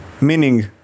meaning